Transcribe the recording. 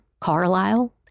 Carlisle